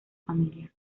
familia